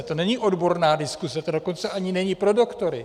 To není odborná diskuze, to dokonce ani není pro doktory.